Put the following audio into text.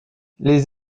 les